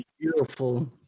Beautiful